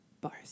bars